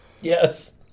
yes